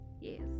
yes